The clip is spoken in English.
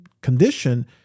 condition